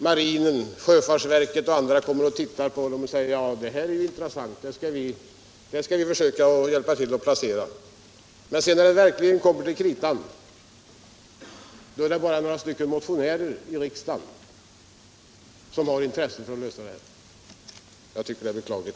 Marinen, sjöfartsverket och andra kommer och tittar på dem och säger: Det här är intressant. Dem skall vi försöka hjälpa till att placera. Men när det verkligen kommer till kritan, är det bara några motionärer i riksdagen som har intresse för att lösa problemet. Jag tycker att det är beklagligt.